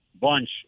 bunch